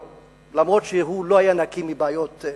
אף-על-פי שהוא לא היה נקי מבעיות אישיות.